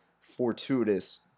fortuitous